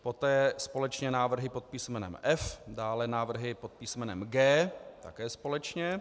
Poté společně návrhy pod písmenem F, dále návrhy pod písmenem G, také společně.